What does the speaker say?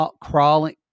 crawling